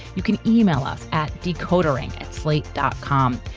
you can email us at decoder ring, at slate dotcom.